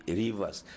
rivers